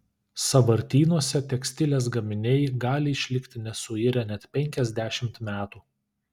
sąvartynuose tekstilės gaminiai gali išlikti nesuirę net penkiasdešimt metų